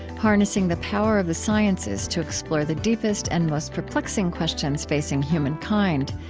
harnessing the power of the sciences to explore the deepest and most perplexing questions facing human kind.